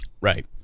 Right